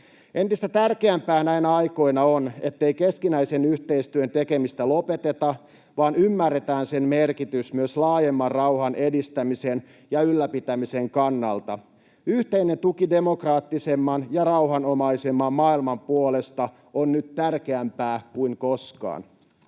Entistä tärkeämpää näinä aikoina on, ettei keskinäisen yhteistyön tekemistä lopeteta vaan ymmärretään sen merkitys myös laajemman rauhan edistämisen ja ylläpitämisen kannalta. Yhteinen tuki demokraattisemman ja rauhanomaisemman maailman puolesta on nyt tärkeämpää kuin koskaan.